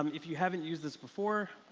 um if you haven't used this before,